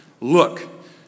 Look